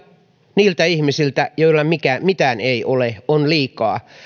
niiltä ihmisiltä joilla mitään ei ole on liikaa